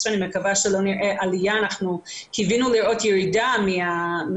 מקווה שתוך כמה חודשים יהיו לנו ממצאים.